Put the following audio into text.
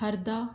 Harda